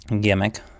gimmick